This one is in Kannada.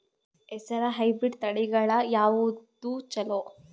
ಹೆಸರ ಹೈಬ್ರಿಡ್ ತಳಿಗಳ ಯಾವದು ಚಲೋ?